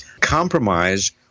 Compromise